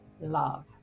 love